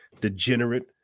degenerate